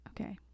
Okay